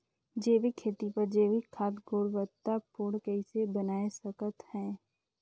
जैविक खेती बर जैविक खाद गुणवत्ता पूर्ण कइसे बनाय सकत हैं?